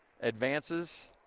advances